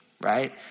right